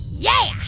yeah,